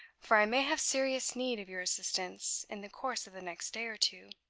for i may have serious need of your assistance in the course of the next day or two.